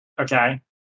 Okay